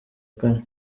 kane